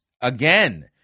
again